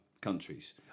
countries